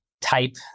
type